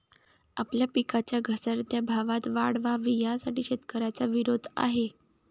आपल्या पिकांच्या घसरत्या भावात वाढ व्हावी, यासाठी शेतकऱ्यांचा विरोध आहे